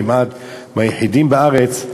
כמעט מהיחידים בארץ,